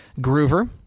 Groover